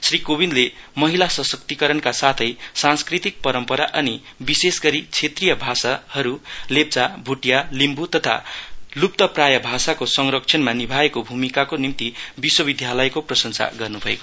श्री कोविन्दले महिला सशक्तिकरणका साँथै सांस्कृतिक परम्परा अनि विशेषगरी क्षेत्रीय भाषाहरू लेप्चा भोटिया लिम्बू तथा लुप्तप्राय भाषाको संरक्षणमा निभाएको भूमिकाको निम्ति विश्वविद्यालयको प्रशंसा गर्नुभयो